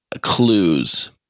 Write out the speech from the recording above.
clues